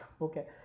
okay